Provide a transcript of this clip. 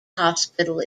hospital